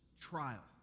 trial